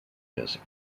music